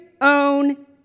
own